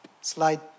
Slide